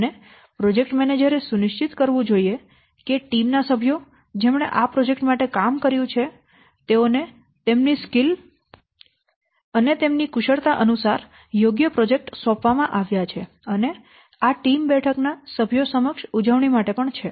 અને પ્રોજેક્ટ મેનેજરે સુનિશ્ચિત કરવું જોઈએ કે ટીમ ના સભ્યો જેમણે આ પ્રોજેક્ટ માટે કામ કર્યું છે તેઓને તેમની સ્કીલ અને તેમની કુશળતા અનુસાર યોગ્ય પ્રોજેક્ટ સોંપવામાં આવ્યા છે અને આ બેઠક ટીમ ના સભ્યો સમક્ષ ઉજવણી માટે પણ છે